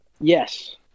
Yes